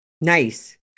Nice